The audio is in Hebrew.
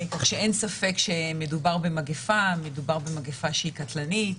כך שאין ספק שמדובר במגיפה עולמית שהיא קטלנית.